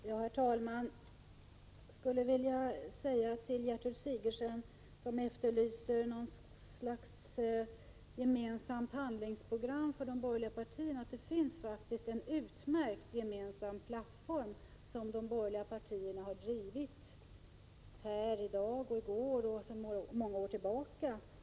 Herr talman! Gertrud Sigurdsen efterlyser något slags gemensamt handlingsprogram för de borgerliga partierna. Det finns faktiskt en utmärkt gemensam plattform, som vi kunnat iaktta i dag, i går och sedan många år tillbaka.